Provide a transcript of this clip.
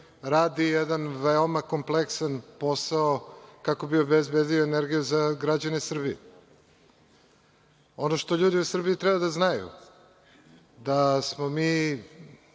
radi jedan veoma kompleksan posao kako bi obezbedio energije za građane Srbije. Ono što ljudi u Srbiji treba da znaju da smo mi,